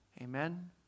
Amen